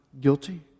guilty